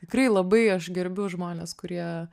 tikrai labai aš gerbiu žmones kurie